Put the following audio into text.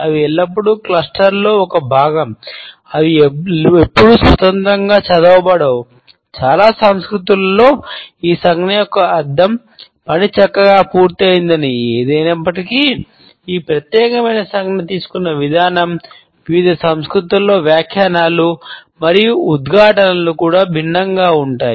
అవి ఎల్లప్పుడూ క్లస్టర్లో కూడా భిన్నంగా ఉంటాయి